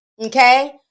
okay